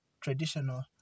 traditional